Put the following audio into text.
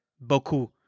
beaucoup